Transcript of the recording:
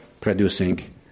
producing